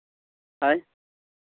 ᱦᱳᱭ